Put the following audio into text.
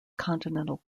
continental